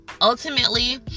ultimately